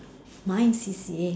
my C_C_A